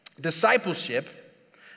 discipleship